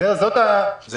אני